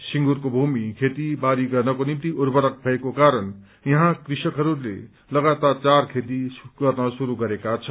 सिंगूरको भूमि खेतीबारी गर्नको निम्ति उर्वरक भएको कारण यहाँ कृषकहरूले लगातार चार खेती गर्न श्रुरू गरेका छन्